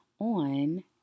on